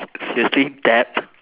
seriously dab